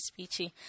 speechy